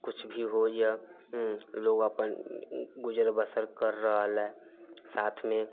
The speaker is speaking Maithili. किछु भी होइया हूॅं लोक अपन गुजर बसर कर रहल है साथमे